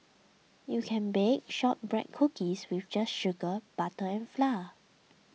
you can bake Shortbread Cookies with just sugar butter and flour